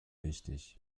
wichtig